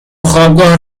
وخوابگاه